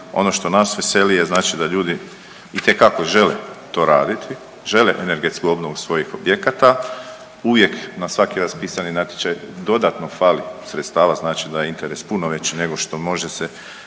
ono što nas veseli je znači da ljudi itekako žele to raditi, žele energetsku obnovu svojih objekata. Uvijek na svaki raspisani natječaj dodatno fali sredstava. Znači da je interes puno veći nego što može se